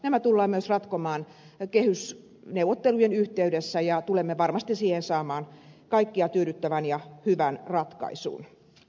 nämä tullaan myös ratkomaan kehysneuvottelujen yhteydessä ja tulemme varmasti siihen saamaan kaikkia tyydyttävän ja hyvän ratkaisun